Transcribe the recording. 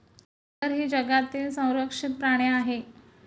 मगर ही जगातील संरक्षित प्राणी आहे